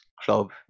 club